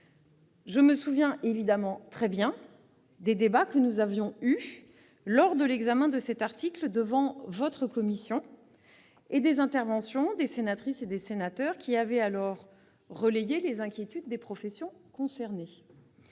Je me souviens évidemment très bien des débats que nous avions eus lors de l'examen de cet article devant votre commission et des interventions des sénateurs et sénatrices qui avaient alors relayé les inquiétudes des professions concernées.